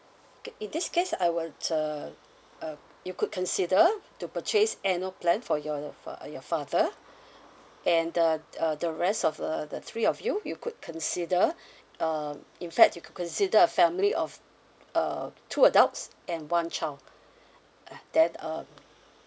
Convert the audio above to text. okay in this case I would uh uh you could consider to purchase annual plan for your your fa~ uh your father and the the uh the rest of the the three of you you could consider um in fact you could consider a family of uh t~ two adults and one child that um